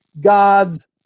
God's